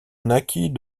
naquit